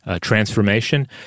transformation